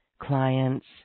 clients